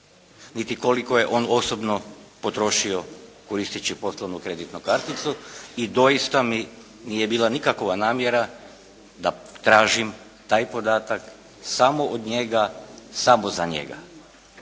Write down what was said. niti koliko je on osobno potrošio koristeći poslovnu kreditnu karticu i doista mi nije bila nikakova namjera da tražim taj podatak samo od njega, samo za njega.